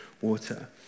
water